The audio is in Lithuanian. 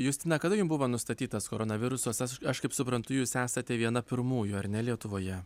justina kada jum buvo nustatytas koronavirusas aš aš kaip suprantu jūs esate viena pirmųjų ar ne lietuvoje